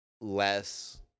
less